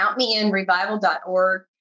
countmeinrevival.org